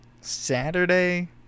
Saturday